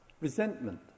resentment